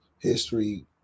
history